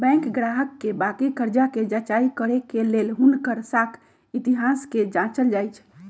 bank गाहक के बाकि कर्जा कें जचाई करे के लेल हुनकर साख इतिहास के जाचल जाइ छइ